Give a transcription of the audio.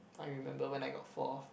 I remember when I got fourth